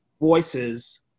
voices